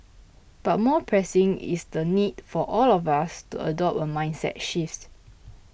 but more pressing is the need for all of us to adopt a mindset shift